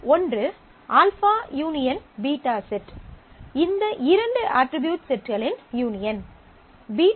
ஒன்று α Ս β செட் இந்த இரண்டு அட்ரிபியூட் செட்களின் யூனியன் U